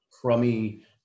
crummy